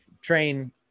train